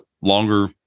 Longer